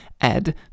add